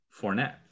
Fournette